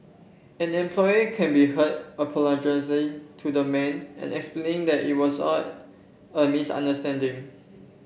employee can be heard apologising to the man and explaining that it was all a misunderstanding